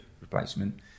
replacement